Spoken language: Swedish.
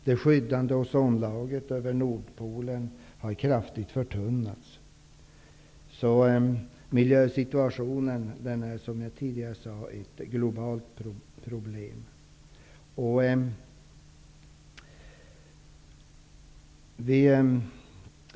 Det skyddande ozonlagret över Nordpolen har kraftigt förtunnats. Miljösituationen är, som jag tidigare sade, ett globalt problem.